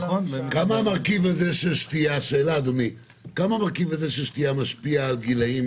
כמה המרכיב הזה של שתייה משפיע על גילאים